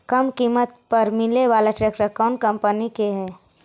कम किमत पर मिले बाला ट्रैक्टर कौन कंपनी के है?